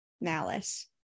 malice